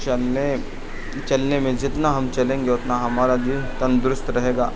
چلنے چلنے میں جتنا ہم چلیں گے اتنا ہمارا دل تندرست رہے گا